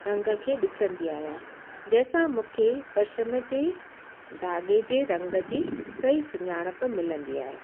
रंग खे ॾिसंदी आहियां जंहिं सां मूंखे पशम जे दाॻे जे रंग जी सही सुञाणप मिलंदी आहे